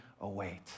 await